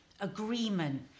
agreement